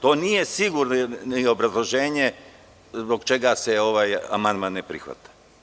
To nije sigurno ni obrazloženje zbog čega se ovaj amandman ne prihvata.